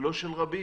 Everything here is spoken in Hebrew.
לא רבים.